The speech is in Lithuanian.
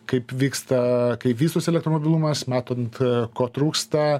kaip vyksta kai vystosi elektrmobilumas matant ko trūksta